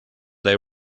they